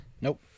Nope